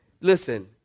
Listen